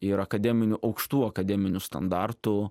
ir akademinių aukštų akademinių standartų